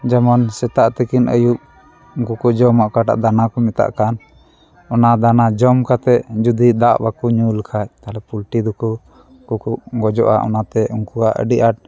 ᱡᱮᱢᱚᱱ ᱥᱮᱛᱟᱜ ᱛᱤᱠᱤᱱ ᱟᱹᱭᱩᱵ ᱩᱱᱠᱩ ᱠᱚ ᱡᱚᱢᱟ ᱚᱠᱟᱴᱟᱜ ᱫᱟᱱᱟ ᱠᱚ ᱢᱮᱛᱟᱜ ᱠᱟᱱ ᱚᱱᱟ ᱫᱟᱱᱟ ᱡᱚᱢ ᱠᱟᱛᱮ ᱡᱩᱫᱤ ᱫᱟᱜ ᱵᱟᱠᱚ ᱧᱩ ᱞᱮᱠᱷᱟᱱ ᱛᱟᱦᱚᱞᱮ ᱯᱚᱞᱴᱨᱤ ᱫᱚᱠᱚ ᱜᱩᱡᱩᱜᱼᱟ ᱚᱱᱟᱛᱮ ᱩᱱᱠᱩᱭᱟᱜ ᱟᱹᱰᱤ ᱟᱸᱴ